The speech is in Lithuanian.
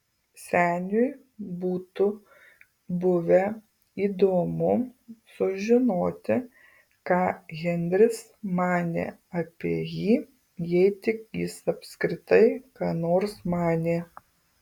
seniui būtų buvę įdomu sužinoti ką henris manė apie jį jei tik jis apskritai ką nors manė